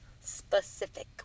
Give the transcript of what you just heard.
Specific